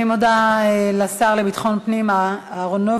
אני מודה לשר לביטחון פנים אהרונוביץ.